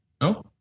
No